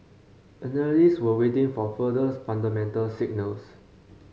analysts were waiting for further fundamental signals